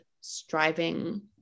striving